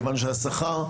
כיוון שהשכר,